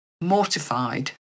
mortified